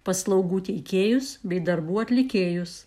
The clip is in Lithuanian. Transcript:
paslaugų teikėjus bei darbų atlikėjus